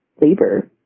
labor